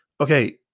Okay